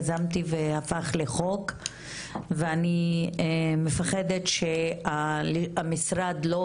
יזמתי והפך לחוק ואני מפחדת שהמשרד לא